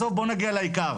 בסוף בואו נגיע לעיקר,